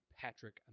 Patrick